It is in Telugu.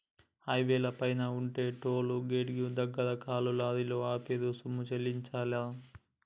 హైవేల పైన ఉండే టోలు గేటుల దగ్గర కార్లు, లారీలు ఆపి రుసుము చెల్లించాలే